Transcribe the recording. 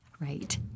Right